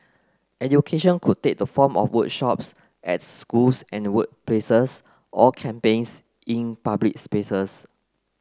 education could take the form of workshops at schools and workplaces or campaigns in public spaces